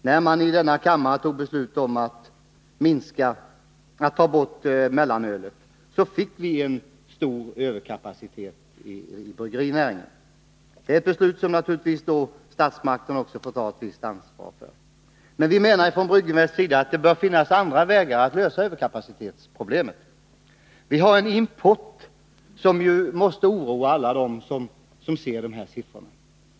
När man i denna kammare fattade beslut om att ta bort mellanölet, fick vi en stor överkapacitet i bryggerinäringen. Det är ett beslut som naturligtvis också statsmakterna får ta ett visst ansvar för. Men från Brygginvests sida menar vi att det bör finnas andra vägar när det gäller att lösa överkapacitetsproblemet. Vi har en import som måste oroa alla dem som ser de aktuella siffrorna.